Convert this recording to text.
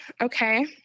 Okay